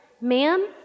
ma'am